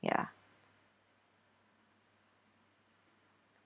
ya